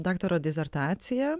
daktaro disertaciją